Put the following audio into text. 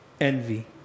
envy